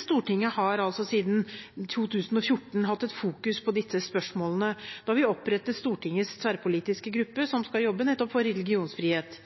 Stortinget har siden 2014 hatt et fokus på disse spørsmålene, da vi opprettet Stortingets tverrpolitiske gruppe som skal jobbe nettopp for religionsfrihet.